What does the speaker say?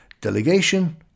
Delegation